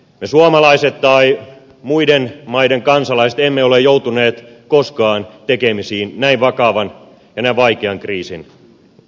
me suomalaiset tai muiden maiden kansalaiset emme ole joutuneet koskaan tekemisiin näin vakavan ja näin vaikean kriisin kanssa